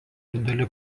dideli